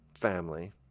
family